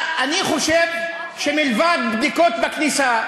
אני חושב שמלבד בדיקות בכניסה,